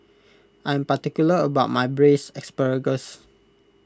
I am particular about my Braised Asparagus